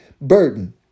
burden